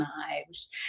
knives